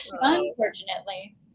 Unfortunately